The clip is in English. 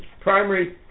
primary